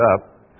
up